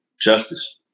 justice